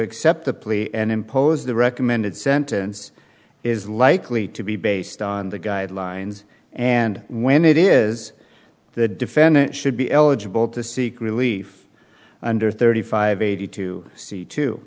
accept the plea and impose the recommended sentence is likely to be based on the guidelines and when it is the defendant should be eligible to seek relief under thirty five eighty two